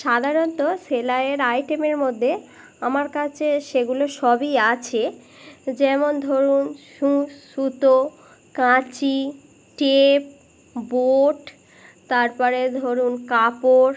সাধারণত সেলাইয়ের আইটেমের মধ্যে আমার কাছে সেগুলো সবই আছে যেমন ধরুন সূচ সুতো কাঁচি টেপ বোর্ড তারপরে ধরুন কাপড়